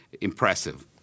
impressive